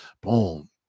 Boom